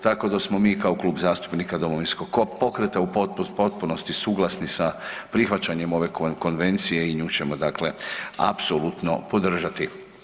Tako da smo mi kao Klub zastupnika Domovinskog pokreta u potpunosti suglasni sa prihvaćanjem ove konvencije i nju ćemo, dakle apsolutno podržati.